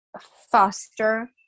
faster